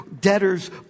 debtors